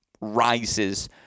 rises